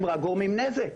הם רק גורמים נזק.